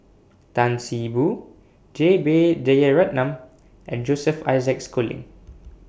Tan See Boo J B Jeyaretnam and Joseph Isaac Schooling